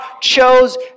chose